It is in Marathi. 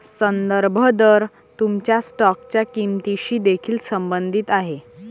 संदर्भ दर तुमच्या स्टॉकच्या किंमतीशी देखील संबंधित आहे